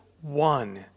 one